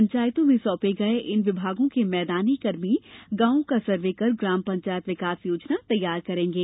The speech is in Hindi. पंचायतों में सौंपे गये इन विभागों के मैदानी कर्मी गांवों का सर्वे कर ग्राम पंचायत विकास योजना तैयार करेंगे